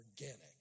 organic